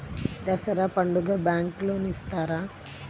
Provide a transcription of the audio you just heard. దసరా పండుగ bank loan ఇస్తారా?